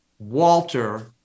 Walter